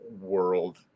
world